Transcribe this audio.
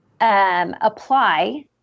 apply